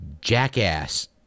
jackass